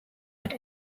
but